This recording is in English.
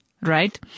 Right